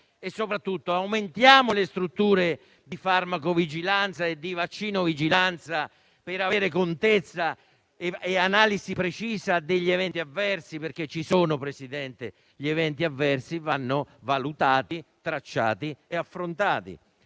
E soprattutto, aumentiamo le strutture di farmaco-vigilanza e di vaccino-vigilanza per avere contezza e analisi precise degli eventi avversi? Gli eventi avversi ci sono e vanno valutati, tracciati e affrontati.